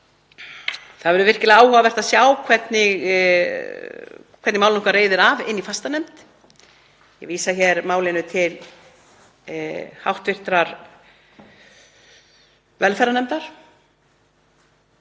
það verður virkilega áhugavert að sjá hvernig málinu reiðir af í fastanefnd. Ég vísa málinu til hv. velferðarnefndar